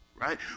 right